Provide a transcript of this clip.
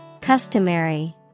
Customary